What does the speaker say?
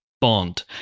Bond